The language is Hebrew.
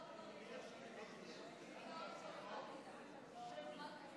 רבותיי, חברי הכנסת, להלן תוצאות ההצבעה: 50 בעד,